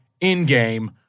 in-game